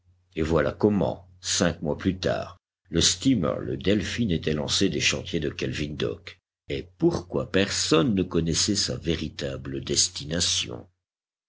et voilà comment cinq mois plus tard le steamer le delphin était lancé des chantiers de kelvin dock et pourquoi personne ne connaissait sa véritable destination